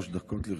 שלוש דקות לרשותך.